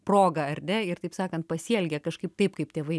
progą ar ne ir taip sakant pasielgė kažkaip taip kaip tėvai